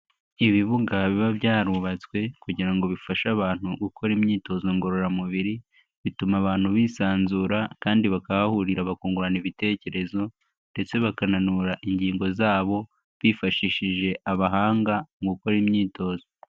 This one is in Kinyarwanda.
Ibibuga biba byarubatswe kugira ngo bifashe abantu gukora imyitozo ngororamubiri bituma abantu bisanzura kandi bakahahurira bakungurana ibitekerezo ndetse bakananura ingingo zabo bifashishije abahanga mu gukora imyitozo.